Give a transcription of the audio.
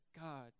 God